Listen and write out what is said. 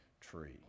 tree